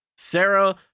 Sarah